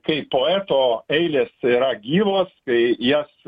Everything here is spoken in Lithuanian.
kai poeto eilės tai yra gyvos kai jas